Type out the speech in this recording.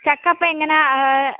ചക്ക അപ്പം എങ്ങനാണ്